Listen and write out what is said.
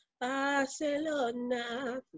Barcelona